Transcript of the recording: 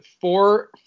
four